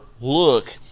look